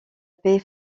paix